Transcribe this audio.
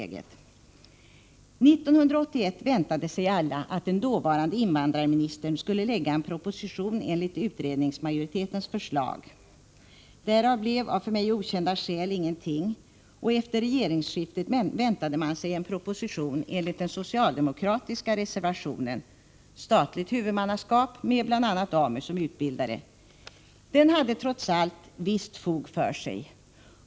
1981 väntade sig alla att den dåvarande invandrarministern skulle lägga fram en proposition i enlighet med utredningsmajoritetens förslag. Därav blev, av för mig okända skäl, ingenting. Efter regeringsskiftet väntade man sig en proposition i enlighet med den socialdemokratiska reservationen — således statligt huvudmannaskap med bl.a. AMU som utbildare. Propositionen hade trots allt visst fog för sig.